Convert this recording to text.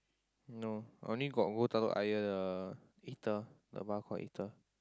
no I only got go Telok-Ayer the the bar called